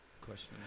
Question